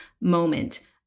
moment